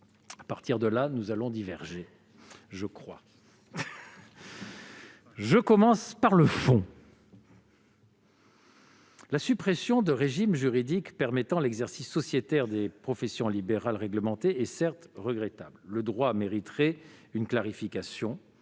À partir de là, nous allons diverger, je le crois ... Je le crains ... Commençons par le fond. La superposition de régimes juridiques permettant l'exercice sociétaire des professions libérales réglementées est certes regrettable et le droit mériterait une clarification.